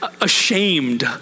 ashamed